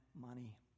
money